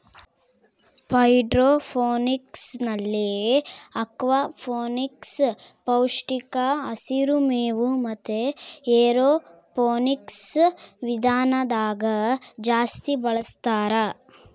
ಹೈಡ್ರೋಫೋನಿಕ್ಸ್ನಲ್ಲಿ ಅಕ್ವಾಫೋನಿಕ್ಸ್, ಪೌಷ್ಟಿಕ ಹಸಿರು ಮೇವು ಮತೆ ಏರೋಫೋನಿಕ್ಸ್ ವಿಧಾನದಾಗ ಜಾಸ್ತಿ ಬಳಸ್ತಾರ